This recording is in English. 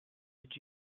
did